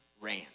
ran